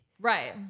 Right